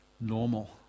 normal